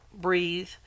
breathe